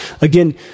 Again